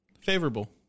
favorable